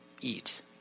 eat